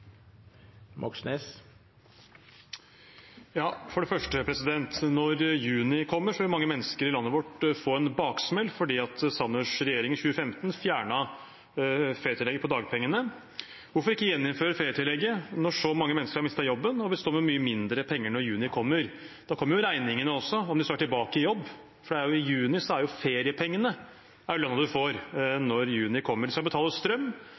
For det første: Når juni kommer, vil mange mennesker i landet vårt få en baksmell fordi statsråd Sanners regjering i 2015 fjernet ferietillegget på dagpengene. Hvorfor ikke gjeninnføre ferietillegget når så mange mennesker har mistet jobben og vil stå med mye mindre penger når juni kommer? Da kommer jo regningene også, om de så er tilbake i jobb, for det er jo feriepengene som er lønna de får når juni kommer. De skal betale strøm,